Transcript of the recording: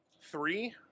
three